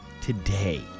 today